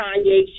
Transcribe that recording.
Kanye